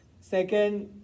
Second